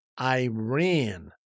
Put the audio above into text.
Iran